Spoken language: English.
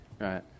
right